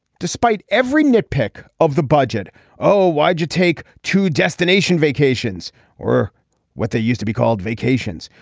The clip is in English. despite every nit pick of the budget oh why'd you take two destination vacations or what they used to be called vacations.